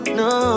no